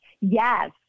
Yes